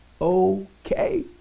okay